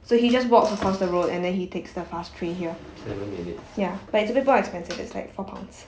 so he just walks across the road and then he takes the fast train here ya but it's a bit more expensive it's like four pounds